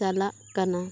ᱪᱟᱞᱟᱜ ᱠᱟᱱᱟ